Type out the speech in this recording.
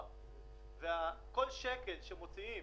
כל שקל שמוציאים